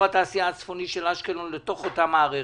התעשייה הצפוני של אשקלון לתוך אותה מערכת,